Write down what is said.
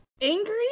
Angry